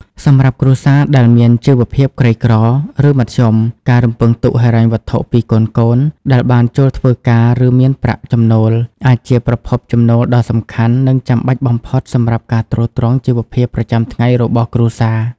សម្រាប់គ្រួសារដែលមានជីវភាពក្រីក្រ ឬមធ្យម ការរំពឹងទុកហិរញ្ញវត្ថុពីកូនៗដែលបានចូលធ្វើការ ឬមានប្រាក់ចំណូល អាចជាប្រភពចំណូលដ៏សំខាន់ និងចាំបាច់បំផុតសម្រាប់ការទ្រទ្រង់ជីវភាពប្រចាំថ្ងៃរបស់គ្រួសារ។